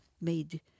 made